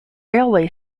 railway